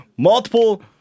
Multiple